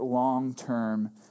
long-term